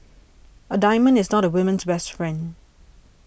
a diamond is not a woman's best friend